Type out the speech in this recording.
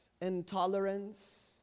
intolerance